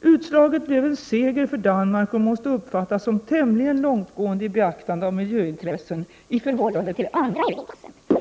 Utslaget blev en seger för Danmark och måste uppfattas som tämligen långtgående i beaktande av miljöintressen i förhållande till andra EG-intressen.